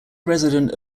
resident